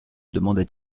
demanda